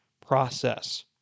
process